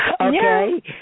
Okay